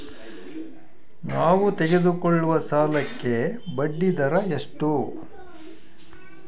ನಾವು ತೆಗೆದುಕೊಳ್ಳುವ ಸಾಲಕ್ಕೆ ಬಡ್ಡಿದರ ಎಷ್ಟು?